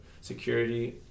security